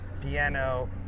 piano